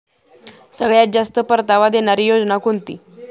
सगळ्यात जास्त परतावा देणारी योजना कोणती?